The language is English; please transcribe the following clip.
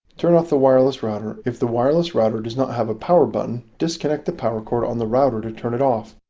turn off the wireless router. if the wireless router does not have a power button, disconnect the power cord on the router to turn it off.